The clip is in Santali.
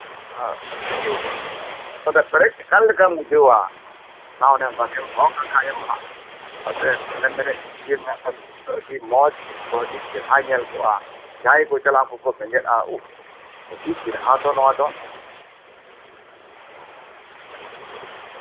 ᱮᱸᱜ ᱚᱲᱟᱜ ᱚᱸᱰᱮ ᱯᱮᱨᱮᱡ ᱟᱠᱟᱱ ᱞᱮᱠᱟᱢ ᱵᱩᱡᱷᱟᱹᱣᱟ ᱦᱮᱸ ᱚᱱᱮ ᱚᱱᱠᱟ ᱜᱮᱢ ᱫᱚᱦᱚ ᱠᱟᱫ ᱠᱷᱟᱡ ᱜᱮᱢ ᱚᱱᱮᱢ ᱢᱮᱱᱮᱫ ᱟᱹᱰᱤ ᱢᱚᱸᱡᱽ ᱟᱹᱰᱤ ᱪᱮᱨᱦᱟ ᱧᱮᱞ ᱠᱚᱜᱼᱟ ᱡᱟᱦᱟᱸᱭ ᱜᱮ ᱠᱚ ᱪᱟᱞᱟᱜᱼᱟ ᱩᱱᱠᱩ ᱠᱚ ᱵᱮᱸᱜᱮᱫ ᱟᱜᱼᱟ ᱩᱦ ᱟᱹᱰᱤ ᱪᱮᱨᱦᱟ ᱛᱚ ᱱᱚᱣᱟ ᱫᱚ